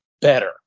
better